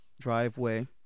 driveway